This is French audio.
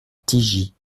tigy